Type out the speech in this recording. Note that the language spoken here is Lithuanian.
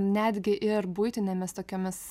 netgi ir buitinėmis tokiomis